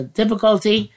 difficulty